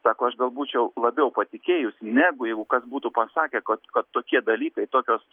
sako aš gal būčiau labiau patikėjus negu jeigu kas būtų pasakę kad kad tokie dalykai tokios